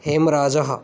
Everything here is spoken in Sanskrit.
हेमराजः